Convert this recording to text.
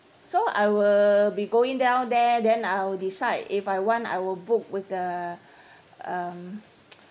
so I will be going down there then I'll decide if I want I will book with the um